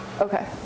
Okay